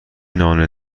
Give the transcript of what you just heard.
نان